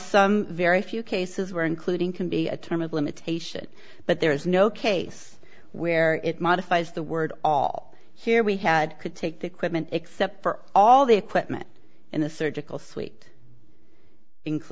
some very few cases where including can be a term of limitation but there is no case where it modifies the word all here we had could take the equipment except for all the equipment in the surgical s